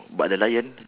but the lion